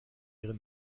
ihre